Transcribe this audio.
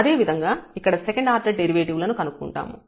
అదేవిధంగా ఇక్కడ second order derivative లను కనుక్కుంటాము